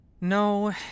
No